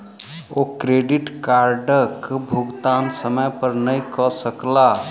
ओ credit कार्डक भुगतान समय पर नै कय सकला